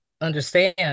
understand